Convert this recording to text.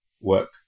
work